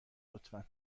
لطفا